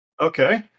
Okay